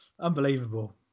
Unbelievable